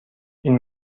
این